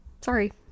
sorry